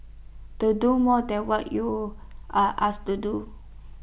don't do more than what you are asked to do